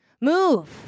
Move